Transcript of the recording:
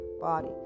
body